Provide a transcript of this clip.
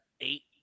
eight